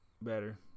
better